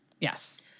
Yes